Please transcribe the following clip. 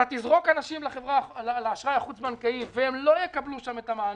אתה תזרוק אנשים לאשראי החוץ-בנקאי והם לא יקבלו שם מענה,